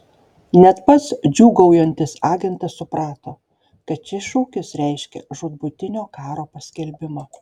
net pats džiūgaujantis agentas suprato kad šis šūkis reiškia žūtbūtinio karo paskelbimą